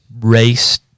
race